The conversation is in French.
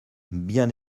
bien